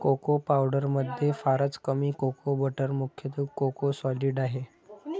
cocoa पावडरमध्ये फारच कमी कोको बटर मुख्यतः कोको सॉलिड आहे